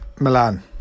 Milan